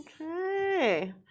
Okay